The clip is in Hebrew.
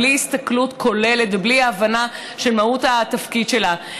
בלי הסתכלות כוללת ובלי ההבנה של מהות התפקיד שלה,